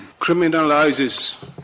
criminalizes